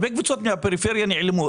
הרבה קבוצות מהפריפריה נעלמו.